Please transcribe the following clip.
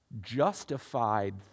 justified